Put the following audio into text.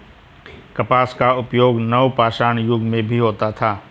कपास का उपयोग नवपाषाण युग में भी होता था